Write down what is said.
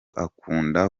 akunda